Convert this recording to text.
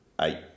eight